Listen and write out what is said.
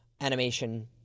animation